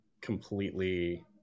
completely